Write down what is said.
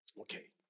Okay